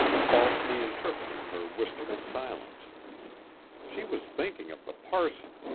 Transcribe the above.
falsely interpreting her wistful silence she was thinking of the parson,